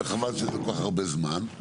וחבל שזה כל כך הרבה זמן,